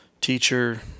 teacher